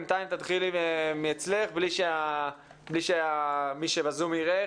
בינתיים תתחילי לך בלי שמי שבזום יראה.